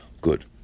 good